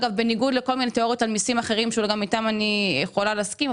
בניגוד לכל מיני תאוריות על מסים אחרים שגם איתם אני יכולה להסכים,